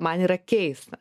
man yra keista